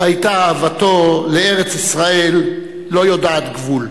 היתה אהבתו לארץ-ישראל לא יודעת גבול.